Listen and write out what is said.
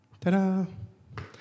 Ta-da